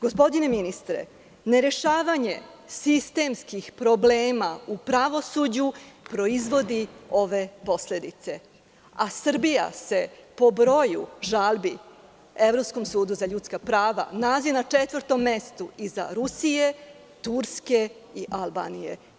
Gospodine ministre, nerešavanje sistemskih problema u pravosuđu, proizvodi ove posledice, a Srbija se po broju žalbi Evropskom sudu za ljudska prava nalazi na četvrtom mestu iza Rusije, Turske i Albanije.